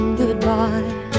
goodbye